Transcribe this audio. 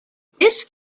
this